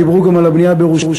דיברו גם על הבנייה בירושלים.